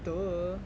!duh!